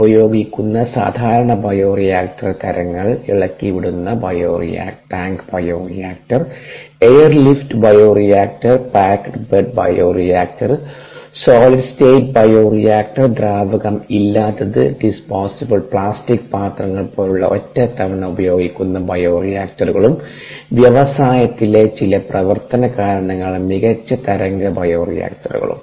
ഉപയോഗിക്കുന്ന സാധാരണ ബയോറിയാക്ടർ തരങ്ങൾ ഇളക്കിവിടുന്ന tank bioreactor air lift bioreactor packed bed bioreactor solid state bioreactor ദ്രാവകം ഇല്ലാത്തത് ഡിസ്പോസിബിൾ പ്ലാസ്റ്റിക് പാത്രങ്ങൾ പോലുള്ള ഒറ്റ തവണ ഉപയോഗിയ്ക്കുന്ന ബയോറിയാക്ടറുകളും വ്യവസായത്തിലെ ചില പ്രവർത്തന കാരണങ്ങളാൽ മികച്ച തരംഗ ബയോറിയാക്ടറുകളും